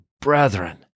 brethren